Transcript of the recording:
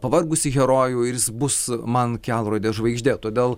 pavargusį herojų ir jis bus man kelrodė žvaigždė todėl